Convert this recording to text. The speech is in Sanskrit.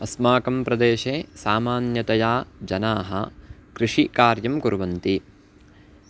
अस्माकं प्रदेशे सामान्यतया जनाः कृषिकार्यं कुर्वन्ति